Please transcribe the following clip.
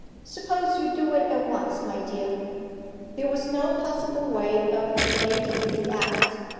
suppose you do it at once, my dear there was no possible way of evading the act.